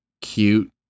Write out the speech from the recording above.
cute